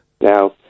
Now